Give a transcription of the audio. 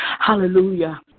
hallelujah